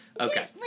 Okay